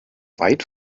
weit